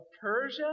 Persia